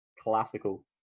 classical